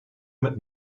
mit